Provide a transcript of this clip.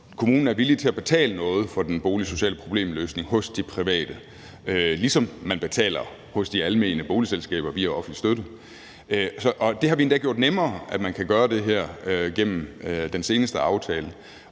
kommunen er villig til at betale noget for den boligsociale problemløsning hos de private, ligesom man betaler hos de almene boligselskaber via offentlig støtte, og vi har endda gjort det nemmere, at man kan gøre det her, gennem den seneste aftale.